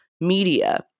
Media